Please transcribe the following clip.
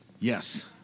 Yes